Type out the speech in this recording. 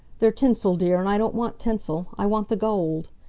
they're tinsel, dear, and i don't want tinsel i want the gold.